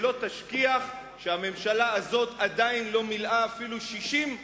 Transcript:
ולא תשכיח שהממשלה הזאת עדיין לא מילאה אפילו 60,